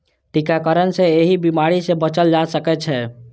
टीकाकरण सं एहि बीमारी सं बचल जा सकै छै